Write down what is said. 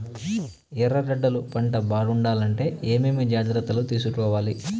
ఎర్రగడ్డలు పంట బాగుండాలంటే ఏమేమి జాగ్రత్తలు తీసుకొవాలి?